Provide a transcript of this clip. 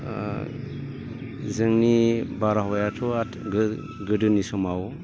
ओ जोंनि बारहावायाथ' आर गोदोनि समाव